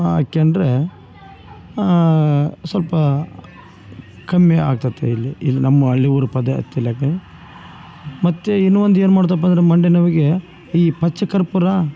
ಹಾಕೊಂಡ್ರೆ ಸ್ವಲ್ಪ ಕಮ್ಮಿ ಆಗ್ತತಿ ಇಲ್ಲಿ ಇಲ್ ನಮ್ಮ ಹಳ್ಳಿ ಊರು ಪದ್ಧತಿಯಲ್ಲಿ ಮತ್ತು ಇನ್ನು ಒಂದು ಏನು ಮಾಡ್ತಪ್ಪಂದರೆ ಮಂಡಿ ನೋವಿಗೆ ಈ ಪಚ್ಚ ಕರ್ಪೂರ